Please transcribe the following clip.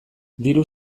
diru